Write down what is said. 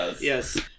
Yes